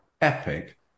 epic